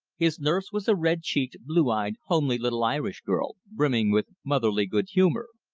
his nurse was a red-cheeked, blue-eyed, homely little irish girl, brimming with motherly good-humor.